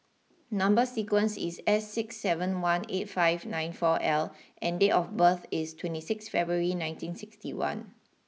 number sequence is S six seven one eight five nine four L and date of birth is twenty six February nineteen sixty one